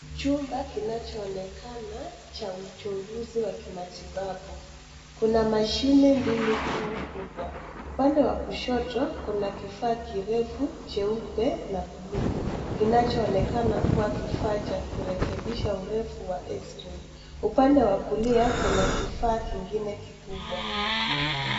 Chumba kinacho onekana cha uchunguzi wa kimatibabu. Kuna mashine mbili kuu kubwa. Upande wa kushoto kuna kifaa kirefu jeupe na bluu kinacho onekana kuwa kifaa cha kurekebisha urefu wa eksirei. Upande wa kulia kuna kifaa kingine kikubwa.